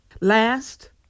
Last